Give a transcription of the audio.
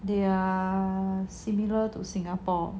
they are similar to singapore